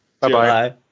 Bye-bye